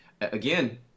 Again